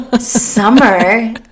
Summer